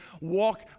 walk